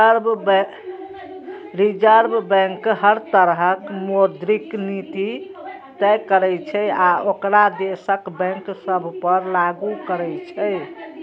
reserve bank हर तरहक मौद्रिक नीति तय करै छै आ ओकरा देशक बैंक सभ पर लागू करै छै